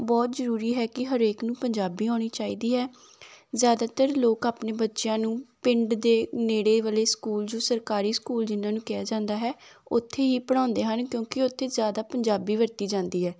ਬਹੁਤ ਜ਼ਰੂਰੀ ਹੈ ਕਿ ਹਰੇਕ ਨੂੰ ਪੰਜਾਬੀ ਆਉਣੀ ਚਾਹੀਦੀ ਹੈ ਜ਼ਿਆਦਾਤਰ ਲੋਕ ਆਪਣੇ ਬੱਚਿਆਂ ਨੂੰ ਪਿੰਡ ਦੇ ਨੇੜੇ ਵਾਲੇ ਸਕੂਲ ਜੋ ਸਰਕਾਰੀ ਸਕੂਲ ਜਿਹਨਾਂ ਨੂੰ ਕਿਹਾ ਜਾਂਦਾ ਹੈ ਉੱਥੇ ਹੀ ਪੜ੍ਹਾਉਂਦੇ ਹਨ ਕਿਉਂਕਿ ਉੱਥੇ ਜ਼ਿਆਦਾ ਪੰਜਾਬੀ ਵਰਤੀ ਜਾਂਦੀ ਹੈ